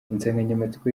insanganyamatsiko